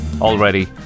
Already